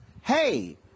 hey